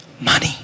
Money